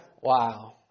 Wow